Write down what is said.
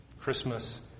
Christmas